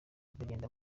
bagenda